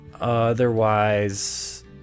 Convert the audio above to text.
otherwise